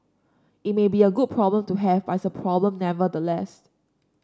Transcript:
it may be a good problem to have but it's a problem nevertheless